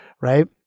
right